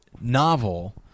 novel